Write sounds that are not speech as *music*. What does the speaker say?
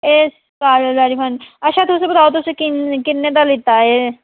एह् *unintelligible* अच्छा तुस बताओ ऐ तुस किन्न किन्ने दा लैता एह्